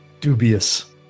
dubious